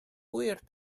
ŵyr